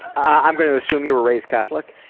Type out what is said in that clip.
i'm going to assume you were raised catholic?